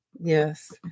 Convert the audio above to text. Yes